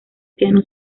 piano